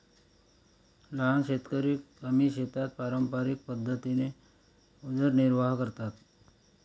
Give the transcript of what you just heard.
लहान शेतकरी कमी शेतात पारंपरिक पद्धतीने उदरनिर्वाह करतात